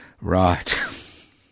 Right